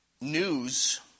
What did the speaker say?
News